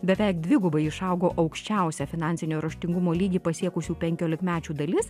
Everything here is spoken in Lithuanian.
beveik dvigubai išaugo aukščiausią finansinio raštingumo lygį pasiekusių penkiolikmečių dalis